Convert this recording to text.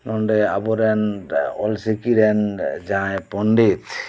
ᱱᱚᱸᱰᱮ ᱟᱵᱚᱨᱮᱱ ᱚᱞ ᱪᱤᱠᱤ ᱨᱮᱱ ᱡᱟᱦᱟᱭ ᱯᱚᱱᱰᱤᱛ